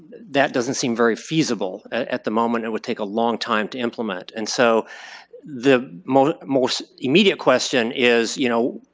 that doesn't seem very feasible at the moment. it would take a long time to implement. and so the most most immediate question is you know,